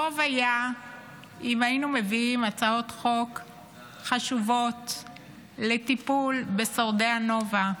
טוב היה אם היינו מביאים הצעות חוק חשובות לטיפול בשורדי הנובה,